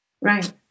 Right